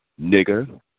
nigger